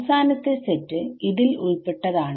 അവസാനത്തെ സെറ്റ് ൽ ഉൾപ്പെട്ടതാണ്